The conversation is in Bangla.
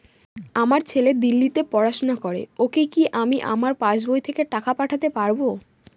আমার ছেলে দিল্লীতে পড়াশোনা করে ওকে কি আমি আমার পাসবই থেকে টাকা পাঠাতে পারব?